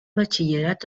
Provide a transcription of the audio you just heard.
batxillerat